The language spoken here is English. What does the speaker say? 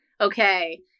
okay